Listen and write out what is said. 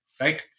right